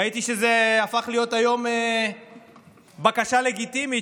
ראיתי שזה הפך להיות היום בקשה לגיטימית